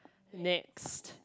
next